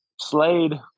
Slade